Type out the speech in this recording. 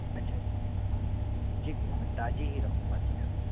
अच्छा जी भैया मैं ताज़ी ही रखूँगा जी हाँ